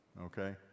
Okay